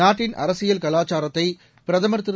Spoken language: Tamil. நாட்டின் அரசியல் கலாச்சாரத்தை பிரதமர் திரு